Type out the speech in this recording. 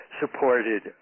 supported